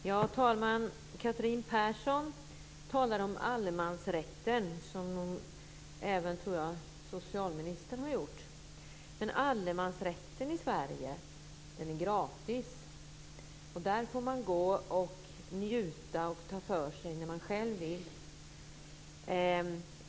Herr talman! Catherine Persson talar om allemansrätten - liksom, tror jag, socialministern har gjort. Men allemansrätten i Sverige är gratis. Man får gå och njuta och ta för sig när man själv vill.